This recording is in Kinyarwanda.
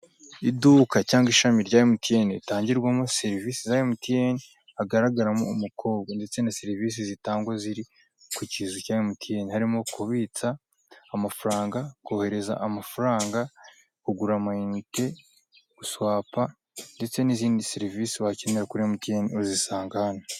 Iduka cyangwa ishami rya emutiyeni ritangirwamo serivise za emutiyeni, hagaragaramo umukobwa ndetse na serivise zitangwa ziri ku kizu cya emutiyeni, harimo kubitsa, amafaranga, kohereza amafaranga, kugura amayinite, guswapa, ndetse n'izindi serivise wakenera kuri emutiyeni wazisanga hano.